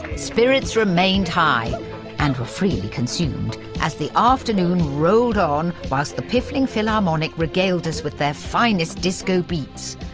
spirits remained high and were freely consumed as the afternoon rolled on, whilst the piffling philharmonic regaled us with their finest disco beats.